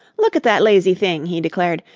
look at that lazy thing, he declared.